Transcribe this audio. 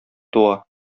туа